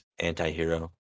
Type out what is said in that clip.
Anti-hero